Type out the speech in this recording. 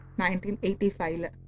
1985